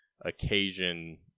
occasion